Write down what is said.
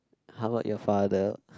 how about your father